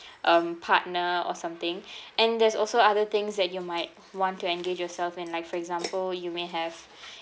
um partner or something and there's also other things that you might want to engage yourself in like for example you may have